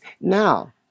Now